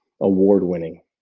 award-winning